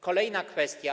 Kolejna kwestia.